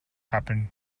happened